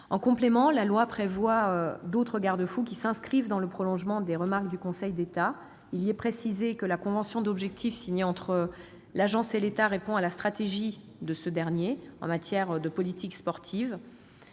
En complément, le texte prévoit d'autres garde-fous, qui s'inscrivent dans le prolongement des remarques du Conseil d'État. Il y est précisé que la convention d'objectifs signée entre l'Agence et l'État répond à la stratégie de ce dernier en matière de politique sportive.